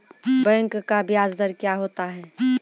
Bank का ब्याज दर क्या होता हैं?